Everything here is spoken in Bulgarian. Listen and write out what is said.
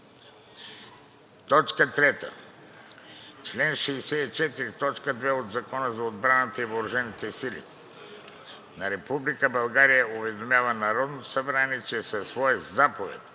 3. Чл. 64, т. 2 от Закона за отбраната и въоръжените сили на Република България уведомява Народното събрание, че със своя заповед